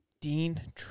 Dean